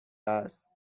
است